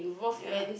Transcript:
ya lah